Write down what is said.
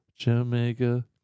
Jamaica